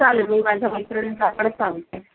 चालेल मी माझ्या मैत्रिणींना आपणच सांगते